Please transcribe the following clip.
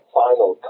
final